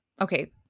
okay